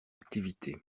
activité